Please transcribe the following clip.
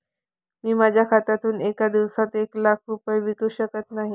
मी माझ्या खात्यातून एका दिवसात एक लाख रुपये विकू शकत नाही